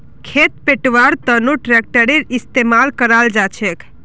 खेत पैटव्वार तनों ट्रेक्टरेर इस्तेमाल कराल जाछेक